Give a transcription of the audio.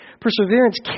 perseverance